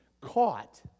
caught